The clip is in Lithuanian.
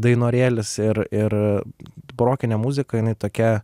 dainorėlis ir ir barokinė muzika jinai tokia